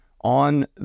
on